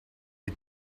les